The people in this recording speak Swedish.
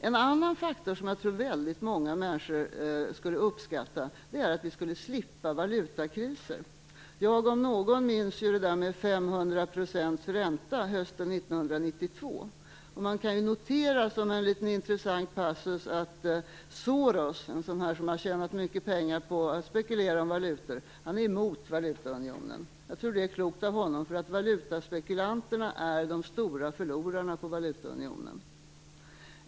En annan faktor som jag tror att många människor skulle uppskatta är att vi skulle slippa valutakriser. Jag om någon minns det där med 500 % ränta hösten 1992. Man kan ju notera som en liten intressant passus att Soros, som har tjänat mycket pengar på att spekulera i valutor, är emot valutaunionen. Jag tror att det är klokt av honom. Valutaspekulanterna är de stora förlorarna när det gäller valutaunionen.